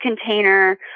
container